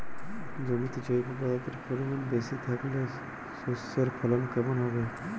জমিতে জৈব পদার্থের পরিমাণ বেশি থাকলে শস্যর ফলন কেমন হবে?